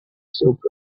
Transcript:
silk